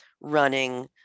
running